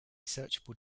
searchable